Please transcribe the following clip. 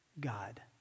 God